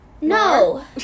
No